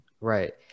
Right